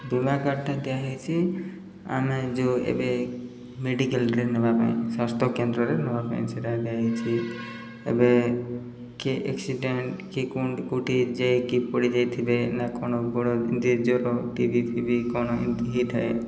ବୀମା କାର୍ଡ଼୍ଟା ଦିଆହୋଇଛି ଆମେ ଯେଉଁ ଏବେ ମେଡ଼ିକାଲ୍ରେ ନେବା ପାଇଁ ସ୍ୱାସ୍ଥ୍ୟ କେନ୍ଦ୍ରରେ ନେବା ପାଇଁ ସେଟା ଦିଆହୋଇଛି ଏବେ କିଏ ଏକ୍ସିଡେଣ୍ଟ୍ କି କେଉଁଠି ଯାଇକି ପଡ଼ିଯାଇଥିବେ ନା କ'ଣ ବଡ଼ ଏମିତି ଜ୍ଵର ଟି ବି ଫିବି କ'ଣ ଏମିତି ହୋଇଥାଏ